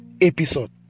episode